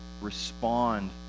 respond